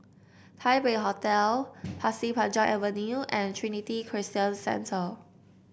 Taipei Hotel Pasir Panjang Avenue and Trinity Christian Centre